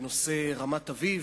בנושא רמת-אביב,